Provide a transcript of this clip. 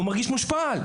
הוא מרגיש מושפל.